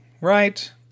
right